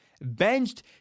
benched